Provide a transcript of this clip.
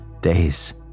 days